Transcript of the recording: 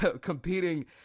competing